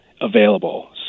available